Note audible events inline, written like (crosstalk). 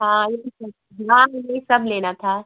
हाँ (unintelligible) हाँ यही सब लेना था